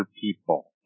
people